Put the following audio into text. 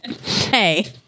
Hey